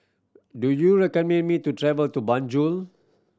do you recommend me to travel to Banjul